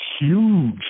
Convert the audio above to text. huge